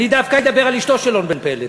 אני דווקא אדבר על אשתו של און בן פלת.